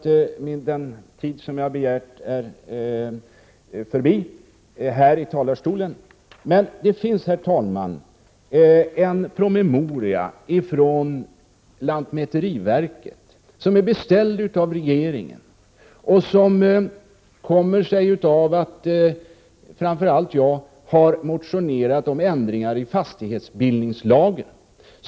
Det föreligger, herr talman, en promemoria från lantmäteriverket, beställd av regeringen och föranledd främst av mina motioner om ändringar i fastighetsbildningslagen.